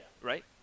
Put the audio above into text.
Right